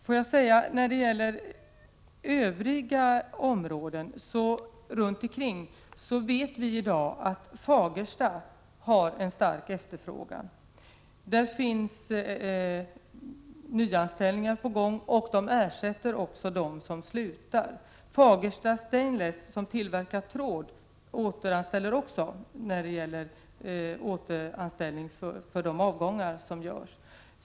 Får jag säga att vi i dag vet att när det gäller kringliggande områden har Fagersta en stark efterfrågan. Där är nyanställningar på gång, för att ersätta de människor som slutar. Fagersta Stainless, som tillverkar tråd, anställer också folk som ersättning för de avgångar som sker.